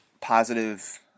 positive